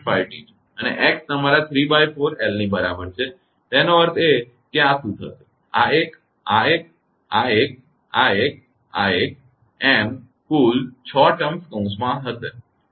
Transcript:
5T છે અને x તમારા ¾𝑙 ની બરાબર છે તેનો અર્થ એ કે આ શું થશે આ એક આ એક આ એક આ એક આ એક કુલ 6 શરતો કૌંસમાં હશે